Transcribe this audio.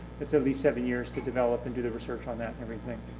it's at least seven years to develop and do the research on that and everything.